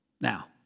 Now